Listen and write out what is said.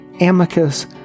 Amicus